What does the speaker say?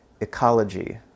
ecology